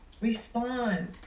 respond